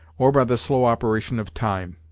or by the slow operation of time.